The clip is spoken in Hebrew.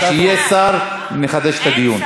כשיהיה שר נחדש את הדיון.